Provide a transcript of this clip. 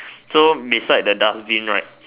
so beside the dustbin right